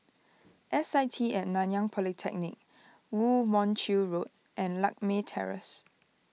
S I T and Nanyang Polytechnic Woo Mon Chew Road and Lakme Terrace